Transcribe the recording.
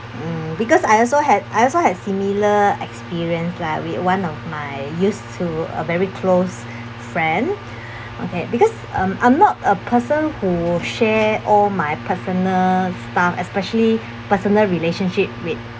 mm because I also have I also have similar experience lah with one of my used to a very close friend okay because um I'm not a person who share all my personal stuff specially personal relationship with